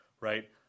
right